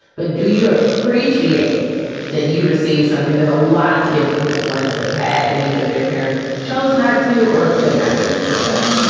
but do you appreciate that you receive something that a lot of kids would have wanted to have had in either their parents chose not to or could not get it for them?